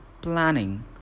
planning